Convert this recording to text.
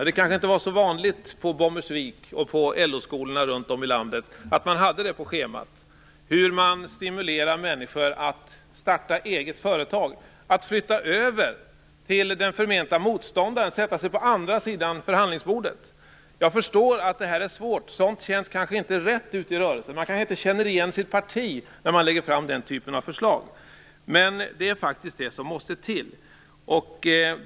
Det kanske inte var så vanligt på Bommersvik och LO-skolorna runt om i landet att man hade på schemat hur man stimulerar människor att starta eget företag, att flytta över till den förmenta motståndaren och sätta sig på andra sidan förhandlingsbordet. Jag förstår att det är svårt. Sådant kanske inte känns rätt ute i rörelsen, man kanske inte känner igen sitt parti när det lägger fram den typen av förslag. Men det är faktiskt det som måste till.